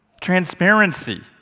Transparency